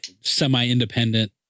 semi-independent